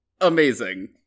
amazing